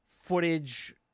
footage